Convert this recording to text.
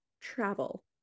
travel